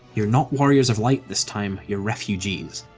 you're not warriors of light this time, you're refugees.